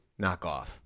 knockoff